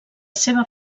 seva